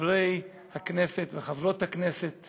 חברי הכנסת וחברות הכנסת